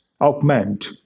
augment